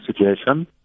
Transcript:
situation